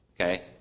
Okay